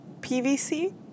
PVC